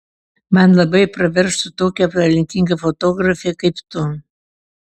man labai praverstų tokia talentinga fotografė kaip tu